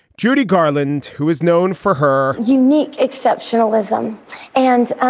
judy garland, who is known for her unique exceptionalism and ah